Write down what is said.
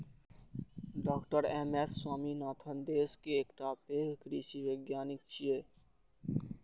डॉ M S Swaminathan देश के एकटा पैघ कृषि वैज्ञानिक छियै